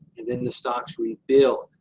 and then the stocks rebuild.